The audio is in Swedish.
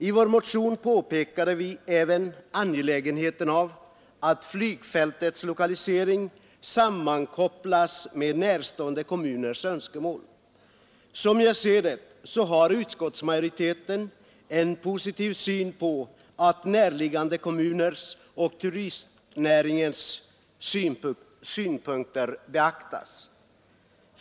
I vår motion påpekar vi även angelägenheten av att flygfältets lokalisering sammankopplas med näraliggande kommuners önskemål. Som jag ser det har utskottsmajoriteten en positiv syn på att näraliggande kommuners och turistnäringens synpunkter beaktas.